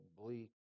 bleak